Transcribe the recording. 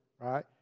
right